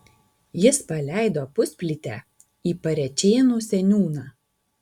jis paleido pusplytę į parėčėnų seniūną